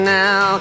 now